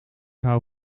hou